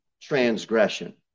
transgression